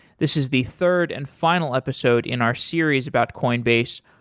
this is the third and final episode in our series about coinbase.